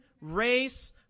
race